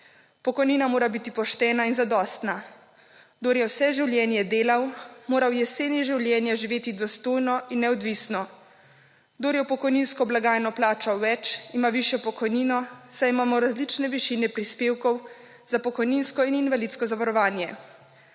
Pokojnina mora biti poštena in zadostna. Kdor je vse življenje delal, mora v jeseni življenja živeti dostojno in neodvisno. Kdor je v pokojninsko blagajno plačal več, ima višjo pokojnino, saj imamo različne višine prispevkov za pokojninsko in invalidsko zavarovanje.